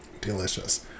Delicious